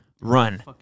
Run